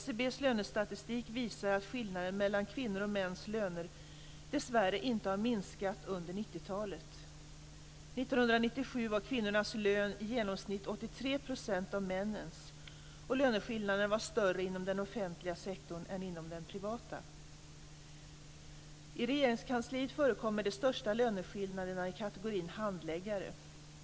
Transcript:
SCB:s lönestatistik visar att skillnaderna mellan kvinnor och mäns löner dessvärre inte har minskat under 1990-talet. År 1997 var kvinnornas lön i genomsnitt 83 % av männens, och löneskillnaderna var större inom den offentliga sektorn än inom den privata. I Regeringskansliet förekommer de största löneskillnaderna i kategorin handläggare.